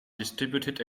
distributed